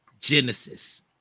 Genesis